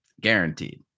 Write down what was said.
Guaranteed